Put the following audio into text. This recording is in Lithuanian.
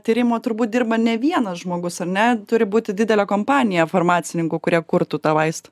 tyrimo turbūt dirba ne vienas žmogus ar ne turi būti didelė kompanija farmacininkų kurie kurtų tą vaistą